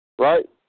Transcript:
Right